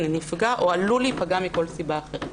נפגע או עלול להיפגע מכל סיבה אחרת.